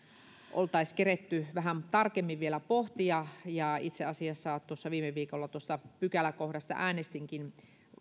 kerenneet vähän tarkemmin vielä pohtia itse asiassa tuossa viime viikolla tuosta pykäläkohdasta äänestinkin